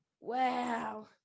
Wow